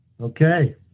Okay